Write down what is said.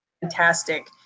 fantastic